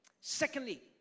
Secondly